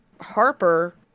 Harper